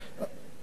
בגדול,